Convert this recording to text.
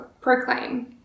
proclaim